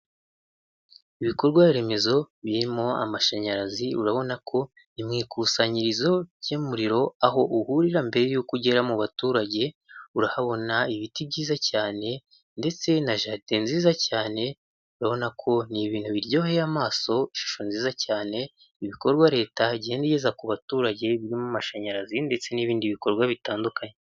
Ibikorwa remezo birimo amashanyarazi urabona ko mu ikusanyirizo ry'umuriro, aho uhurira mbere y'uko ugera mu baturage, urahabona ibiti byiza cyane ndetse na jaride nziza cyane, urabona ko ni ibintu biryoheye amaso ishusho nziza cyane, ibikorwa leta igenda igeza ku baturage birimo amashanyarazi ndetse n'ibindi bikorwa bitandukanye.